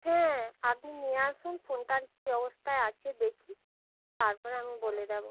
হ্যাঁ আপনি নিয়ে আসুন ফোনটার কী অবস্থায় আছে দেখি তারপরে আমি বলে দেবো